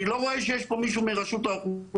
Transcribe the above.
אני לא רואה שיש פה מישהו מרשות האוכלוסין,